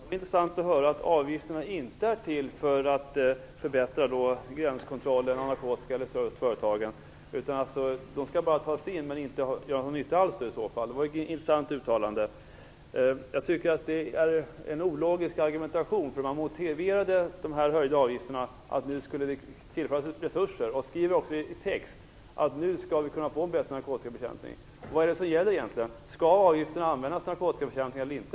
Herr talman! Det var intressant att höra att avgifterna inte är till för att förbättra gränskontrollen av narkotika eller service till företagen. Avgifterna skall bara tas in, men i så fall inte göra någon nytta alls. Det var ett mycket intressant uttalande. Jag tycker att argumentationen är ologisk. Man motiverade de höjda avgifterna med att det skulle tillföras resurser. Det skrevs också att vi nu skall kunna få en bättre narkotikabekämpning. Vad är det egentligen som gäller? Skall avgifterna användas till narkotikabekämpning eller inte?